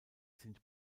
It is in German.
sind